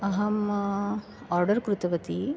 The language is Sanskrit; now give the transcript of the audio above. अहम् आर्डर् कृतवती